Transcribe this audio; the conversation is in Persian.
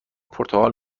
پرتقال